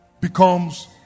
becomes